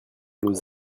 nous